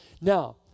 Now